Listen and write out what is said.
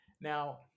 Now